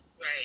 Right